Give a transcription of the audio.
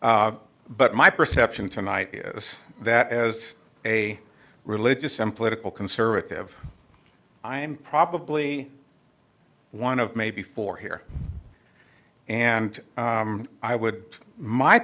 but my perception tonight is that as a religious and political conservative i'm probably one of maybe four here and i would my